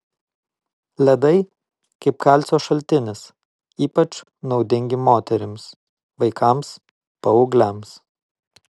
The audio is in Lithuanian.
ledai kaip kalcio šaltinis ypač naudingi moterims vaikams paaugliams